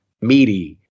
meaty